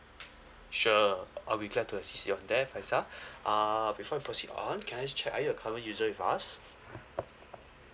sure I'll be glad to assist you on that faizal uh before we proceed on can I just check are you a current user with us